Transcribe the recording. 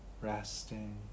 resting